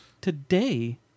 today